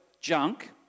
junk